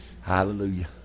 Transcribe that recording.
Hallelujah